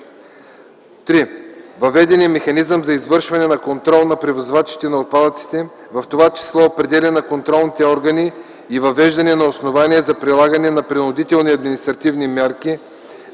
3. Въведен е механизъм за извършване на контрол на превозвачите на отпадъците, в това число определяне на контролните органи и въвеждане на основания за прилагане на принудителни административни мерки